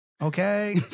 Okay